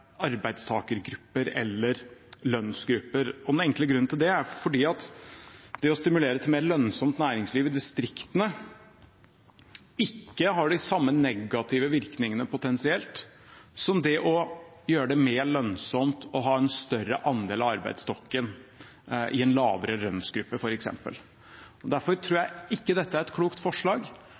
arbeidstakergrupper eller lønnsgrupper. Den enkle grunnen til det er at det å stimulere til et mer lønnsomt næringsliv i distriktene ikke har de samme negative virkningene potensielt som det å gjøre det mer lønnsomt å ha en større andel av arbeidsstokken i en lavere lønnsgruppe, f.eks. Derfor tror jeg ikke dette er et klokt forslag.